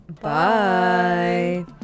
Bye